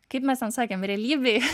kaip mes ten sakėm realybėj